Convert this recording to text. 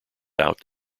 out